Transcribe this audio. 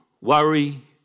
worry